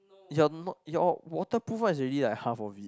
is your no~ your waterproof one is already like half of it